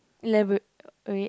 wait